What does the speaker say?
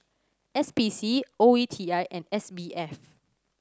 S P C O E T I and S B F